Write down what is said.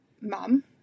mum